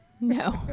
no